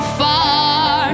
far